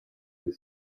with